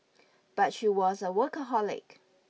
but she was a workaholic